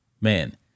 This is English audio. man